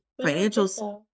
financials